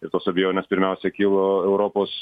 ir tos abejonės pirmiausia kilo europos